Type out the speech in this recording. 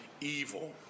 evil